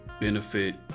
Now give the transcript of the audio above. benefit